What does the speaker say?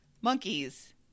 monkeys